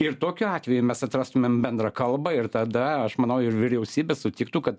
ir tokiu atveju mes atrastumėm bendrą kalbą ir tada aš manau ir vyriausybė sutiktų kad